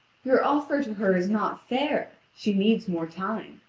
your offer to her is not fair she needs more time,